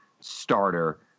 starter